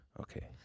okay